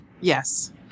Yes